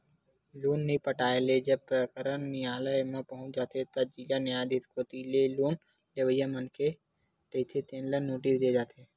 loan नइ पटाए ले जब प्रकरन नियालय म पहुंच जाथे त जिला न्यायधीस कोती ले लोन लेवइया मनखे रहिथे तेन ल नोटिस दे जाथे